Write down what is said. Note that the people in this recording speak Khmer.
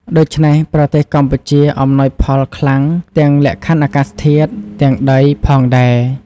ដូច្នេះ ប្រទេសកម្ពុជាអំណោយផលខ្លាំង ទាំងលក្ខខណ្ឌអាកាសធាតុ ទាំងដី ផងដែរ ។